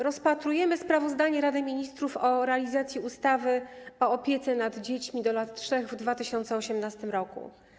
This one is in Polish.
Rozpatrujemy sprawozdanie Rady Ministrów o realizacji ustawy o opiece nad dziećmi do lat 3 w 2018 r.